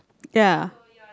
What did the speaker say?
ya